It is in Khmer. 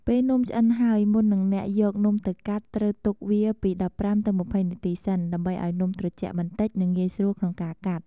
ពេលនំឆ្អិនហើយ មុននឹងអ្នកយកនំទៅកាត់ ត្រូវទុកវាពី ១៥ ទៅ ២០ នាទីសិន ដើម្បីឱ្យនំត្រជាក់បន្តិច និងងាយស្រួលក្នុងការកាត់។